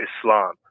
Islam